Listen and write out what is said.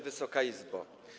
Wysoka Izbo!